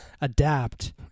adapt